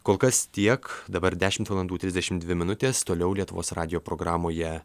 kol kas tiek dabar dešimt valandų trisdešimt dvi minutės toliau lietuvos radijo programoje